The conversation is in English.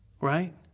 right